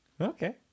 okay